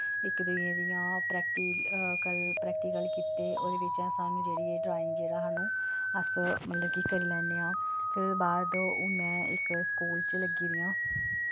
इक दूए दियां प्रैक्टिक प्रैक्टिकल कीते ओह्दे बिच्चा सानूं जेहड़ी एह् ड्राईंग जेहड़ा सानूं अस मतलब कि करी लैन्ने आं फिर ओह्दे बाद में इक स्कूल च लग्गी दी आं